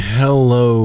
hello